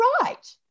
right